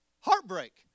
Heartbreak